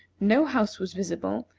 no house was visible,